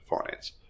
finance